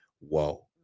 whoa